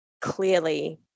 clearly